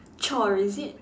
chore is it